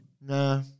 Nah